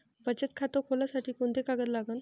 बचत खात खोलासाठी कोंते कागद लागन?